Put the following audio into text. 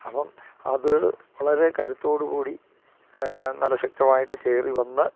അപ്പം അത് വളരെ കരുത്തോടു കൂടി നല്ല ശക്തമായിട്ട് കയറി വന്നു